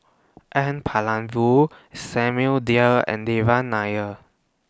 N Palanivelu Samuel Dyer and Devan Nair